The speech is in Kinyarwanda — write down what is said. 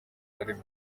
barimo